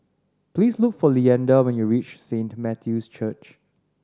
please look for Leander when you reach Saint Matthew's Church